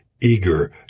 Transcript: eager